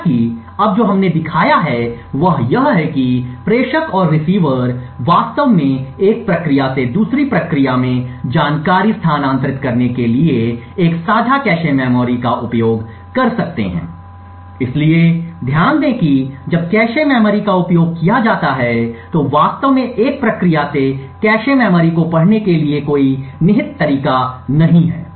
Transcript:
हालाँकि अब जो हमने दिखाया है वह यह है कि प्रेषक और रिसीवर वास्तव में एक प्रक्रिया से दूसरी प्रक्रिया में जानकारी स्थानांतरित करने के लिए एक साझा कैश मेमोरी का उपयोग कर सकते हैं इसलिए ध्यान दें कि जब कैश मेमोरी का उपयोग किया जाता है तो वास्तव में एक प्रक्रिया से कैश मेमोरी को पढ़ने के लिए कोई निहित तरीका नहीं है